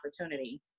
opportunity